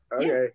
Okay